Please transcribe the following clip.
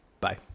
Bye